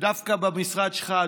ודווקא במשרד שלך,